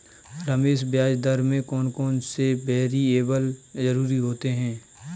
रमेश ब्याज दर में कौन कौन से वेरिएबल जरूरी होते हैं?